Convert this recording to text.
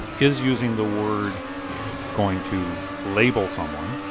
is using the word going to label someone?